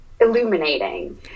illuminating